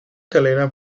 calera